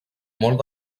molt